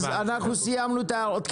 סיימנו את ההערות?